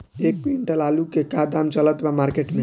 एक क्विंटल आलू के का दाम चलत बा मार्केट मे?